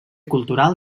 cultural